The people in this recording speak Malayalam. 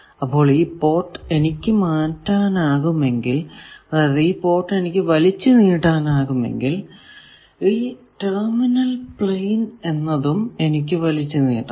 അപ്പോൾ ഈ പോർട്ട് എനിക്ക് മാറ്റാനാകുമെങ്കിൽ അതായത് ഈ പോർട്ട് എനിക്ക് വലിച്ചു നീട്ടാനാകുമെങ്കിൽ ഈ ടെർമിനൽ പ്ലെയിൻ എന്നതും എനിക്ക് വലിച്ചു നീട്ടാം